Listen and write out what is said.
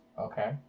Okay